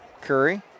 Curry